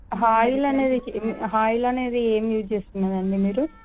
ఆయిలనేది ఆయిలనేది ఏం యూజ్ చేస్తున్నారండి మీరు